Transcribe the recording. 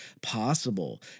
possible